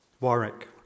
Warwick